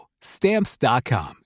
Stamps.com